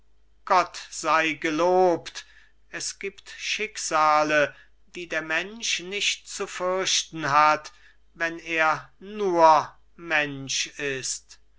gott sei gelobt es gibt schicksale die der mensch nicht zu fürchten hat weil er nur mensch ist